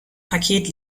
paket